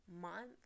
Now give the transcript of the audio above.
month